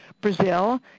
Brazil